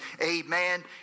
amen